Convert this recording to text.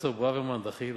פרופסור ברוורמן, דחילק.